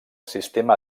sistema